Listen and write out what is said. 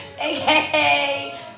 aka